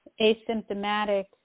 asymptomatic